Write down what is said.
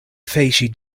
facie